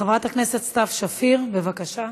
חברת הכנסת סתיו שפיר, בבקשה.